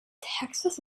texas